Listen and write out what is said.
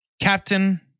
Captain